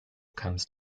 comes